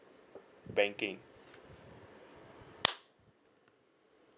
banking